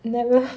ya lor